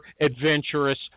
adventurous